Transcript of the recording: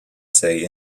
say